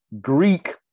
Greek